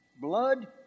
blood